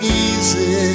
easy